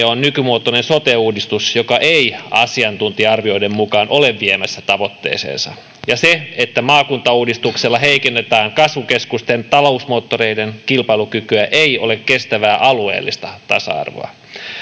on nykymuotoinen sote uudistus joka ei asiantuntija arvioiden mukaan ole viemässä tavoitteeseensa ja se että maakuntauudistuksella heikennetään kasvukeskusten talousmoottoreiden kilpailukykyä ei ole kestävää alueellista tasa arvoa